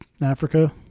Africa